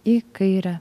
į kairę